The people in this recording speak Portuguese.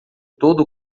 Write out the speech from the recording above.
todo